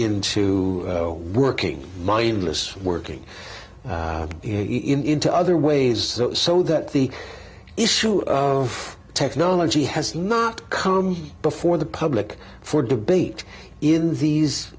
into working mindless working in to other ways so that the issue of technology has not come before the public for debate in these